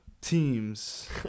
teams